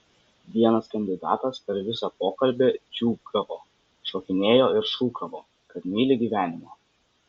vienas kandidatas per visą pokalbį džiūgavo šokinėjo ir šūkavo kad myli gyvenimą